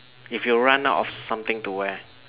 if you run out of something to wear